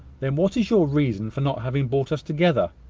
then what is your reason for not having brought us together,